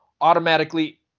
automatically